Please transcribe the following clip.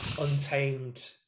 untamed